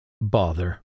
Bother